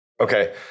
Okay